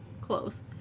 Close